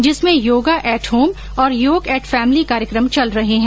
जिसमें yoga at home और योग ऐट फैमिली कार्यक्रम चल रहे हैं